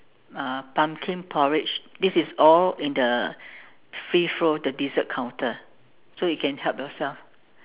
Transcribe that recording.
uh pumpkin porridge this is all in the free flow the dessert counter so you can help yourself